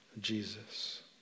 Jesus